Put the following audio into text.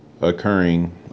occurring